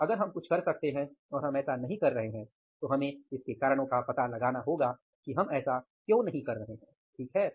और अगर हम कुछ कर सकते हैं और हम ऐसा नहीं कर रहे हैं तो हमें इसके कारणों का पता लगाना होगा कि हम ऐसा क्यों नहीं कर रहे हैं ठीक है